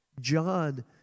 John